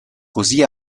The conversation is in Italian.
così